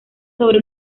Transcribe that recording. sobre